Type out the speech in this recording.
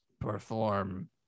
perform